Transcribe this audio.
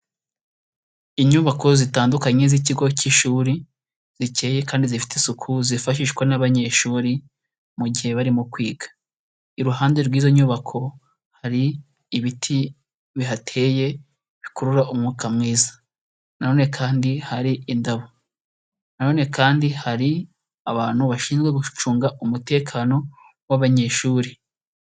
Inyubako zitandukanye z'ikigo k'ishuri, zikeye kandi zifite isuku zifashishwa n'abanyeshuri mu gihe barimo kwiga, iruhande rw'izo nyubako hari ibiti bihateye bikurura umwuka mwiza, none kandi hari indabo nanone kandi hari abantu bashinzwe gucunga umutekano w'abanyeshuri.